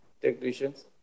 technicians